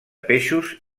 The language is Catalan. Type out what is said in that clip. peixos